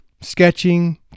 sketching